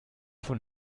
von